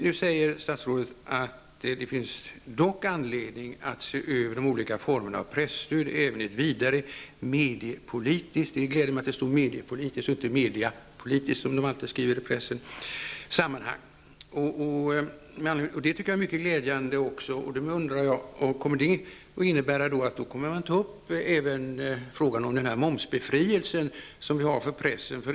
Nu säger statsrådet: ''Det finns dock anledning att se över de olika formerna av presstöd även i ett vidare, mediepolitiskt,'' -- det gläder mig att det står mediepolitiskt och inte mediapolitiskt, som de alltid skriver i pressen -- ''sammanhang.'' Det är också mycket glädjande. Jag undrar om det kommer att innebära att man tar upp även frågan om momsbefrielsen för pressen.